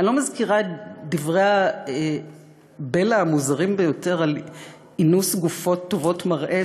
אני לא מזכירה את דברי הבלע המוזרים ביותר על אינוס גויות טובות מראה,